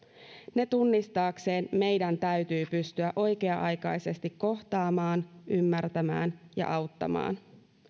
ne tunnistaaksemme meidän täytyy pystyä oikea aikaisesti kohtaamaan ymmärtämään ja auttamaan